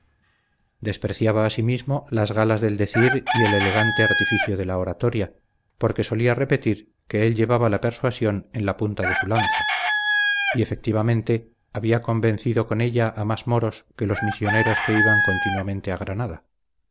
despreciaba asimismo las galas del decir y el elegante artificio de la oratoria porque solía repetir que él llevaba la persuasión en la punta de su lanza y efectivamente había convencido con ella a más moros que los misioneros que iban continuamente a